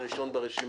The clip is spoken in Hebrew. אני מודה, אבל זה